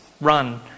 run